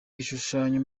igishushanyo